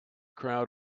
crowd